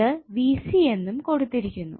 ഇത് എന്നും കൊടുത്തിരിക്കുന്നു